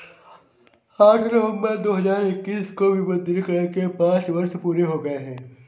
आठ नवंबर दो हजार इक्कीस को विमुद्रीकरण के पांच वर्ष पूरे हो गए हैं